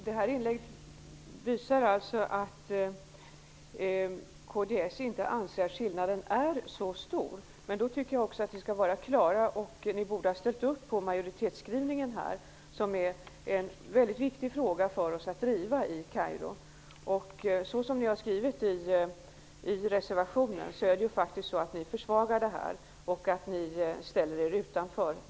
Herr talman! Fanny Rizells inlägg visar att kds inte anser att skillnaden är så stor. Men då borde ni ha varit tydliga och ställt er bakom majoritetsskrivningen, eftersom detta är en viktig fråga för oss att driva i Kairo. Genom er skrivning i reservationen försvagar ni utskottets skrivning, samtidigt som ni ställer er utanför.